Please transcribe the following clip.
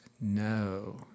No